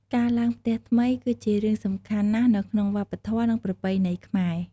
ការឡើងផ្ទះថ្មី គឺជារឿងសំខាន់ណាស់នៅក្នុងវប្បធម៌ និងប្រពៃណីខ្មែរ។